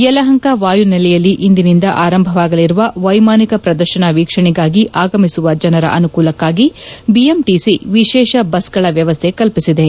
ಯಲಹಂಕ ವಾಯುನೆಲೆಯಲ್ಲಿ ಇಂದಿನಿಂದ ಆರಂಭವಾಗಲಿರುವ ವೈಮಾನಿಕ ಪ್ರದರ್ಶನ ವೀಕ್ಷಣೆಗಾಗಿ ಆಗಮಿಸುವ ಜನರ ಅನುಕೂಲಕ್ಕಾಗಿ ಬಿಎಂಟಿಸಿ ವಿಶೇಷ ಬಸ್ಗಳ ವ್ಲವಸ್ಥೆ ಕಲ್ಪಿಸಿದೆ